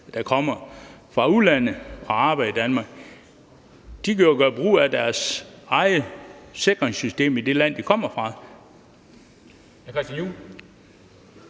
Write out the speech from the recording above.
der kommer fra udlandet og arbejder i Danmark, kan gøre brug af deres eget sikringssystem i det land, de kommer fra.